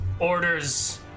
Orders